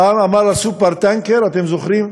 פעם אמר "סופר-טנקר", אתם זוכרים?